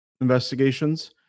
investigations